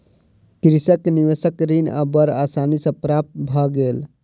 कृषक के निवेशक ऋण बड़ आसानी सॅ प्राप्त भ गेल